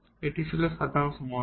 এটি ছিল সাধারণ সমাধান